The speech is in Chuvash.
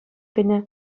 кӗнӗ